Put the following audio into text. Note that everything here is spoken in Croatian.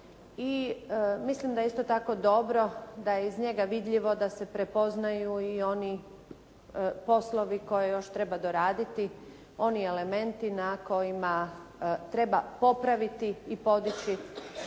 i mislim da je isto tako dobro da je iz njega vidljivo da se prepoznaju i oni poslovi koje još treba doraditi, oni elementi na kojima treba popraviti i podići